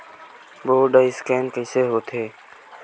Code scan कइसे होथे?